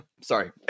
Sorry